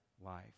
life